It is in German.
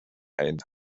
ein